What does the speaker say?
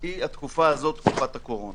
היא תקופת הקורונה,